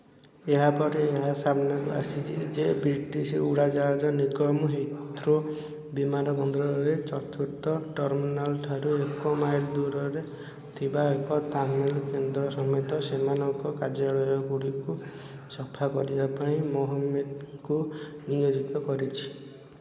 ମୋର ଆଭାସୀ ପୈଠ ଠିକଣା ଆଠ ଚାରି ସାତ ଏକ ଦୁଇ ଆଠ ତିନି ଶୂନ ନଅ ଆଠ ଛଅ ଆଟ ଦ ରେଟ୍ ପେଟିମ୍ରୁ ନଅ ଆଠ ପାଞ୍ଚ ତିନି ଏକ ଦୁଇ ପାଞ୍ଚ ଦୁଇ ଚାରି ଶୂନ ଦୁଇ ଆଟ୍ ଦ ରେଟ୍ ୱାଇବିଏଲ୍କୁ ବଦଳାଇ ଦିଅ